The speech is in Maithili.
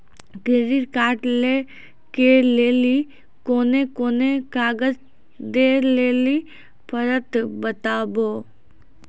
क्रेडिट कार्ड लै के लेली कोने कोने कागज दे लेली पड़त बताबू?